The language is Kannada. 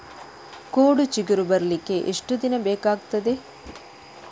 ಕೋಡು ಚಿಗುರು ಬರ್ಲಿಕ್ಕೆ ಎಷ್ಟು ದಿನ ಬೇಕಗ್ತಾದೆ?